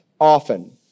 often